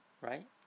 Right